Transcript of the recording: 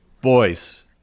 Boys